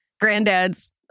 Granddad's